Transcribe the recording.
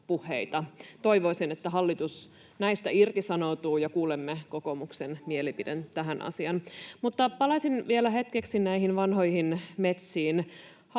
Toivoisin, että hallitus näistä irtisanoutuu ja kuulemme kokoomuksen mielipiteen tähän asiaan. Palaisin vielä hetkeksi vanhoihin metsiin: